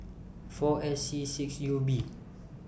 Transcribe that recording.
four S C six U B